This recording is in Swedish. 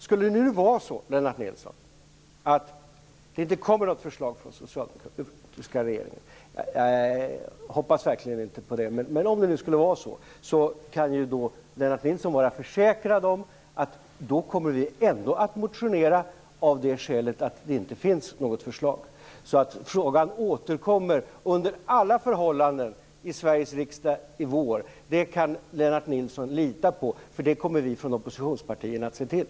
Skulle det nu, Lennart Nilsson, inte komma något förslag från den socialdemokratiska regeringen - jag hoppas verkligen inte på det - kan Lennart Nilsson vara försäkrad om att vi ändå kommer att motionera. Det kommer vi att göra av det skälet att det inte finns något förslag. Så frågan återkommer under alla förhållanden i Sveriges riksdag i vår. Det kan Lennart Nilsson lita på. Det kommer vi från oppositionspartierna att se till.